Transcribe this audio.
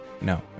no